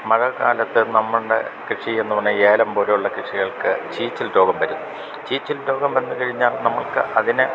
മഴക്കാലത്ത് നമ്മുടെ കൃഷി എന്ന് പറഞ്ഞാൽ ഏലം പോലെ ഉള്ള കൃഷികൾക്ക് ചീച്ചിൽ രോഗം വരും ചീച്ചിൽ രോഗം വന്ന് കഴിഞ്ഞാൽ നമുക്ക് അതിന്